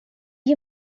you